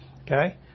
okay